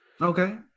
Okay